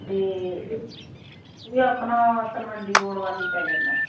ਤੇ ਇਹ ਆਪਣਾ ਤਲਵੰਡੀ ਰੋਡ ਵੱਲ ਈ ਪੈ ਜਾਂਦਾ